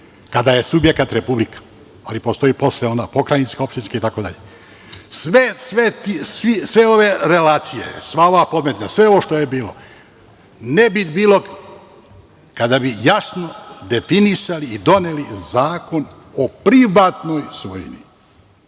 kada je subjekat republika. Ali, postoje posle ona pokrajinska, opštinska, itd. Sve ove relacije, sve ove pometnje, sve ovo što je bilo, ne bi bilo kada bi jasno definisali i doneli zakon o privatnoj svojini. Ja